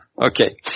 Okay